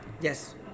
Yes